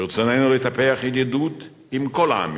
ברצוננו לטפח ידידות עם כל העמים,